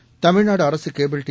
seconds தமிழ்நாடுஅரசுகேபிள் D